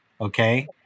okay